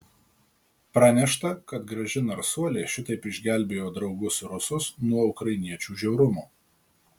pranešta kad graži narsuolė šitaip išgelbėjo draugus rusus nuo ukrainiečių žiaurumo